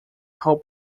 hole